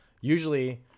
usually –